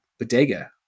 Bodega